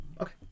Okay